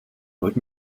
nooit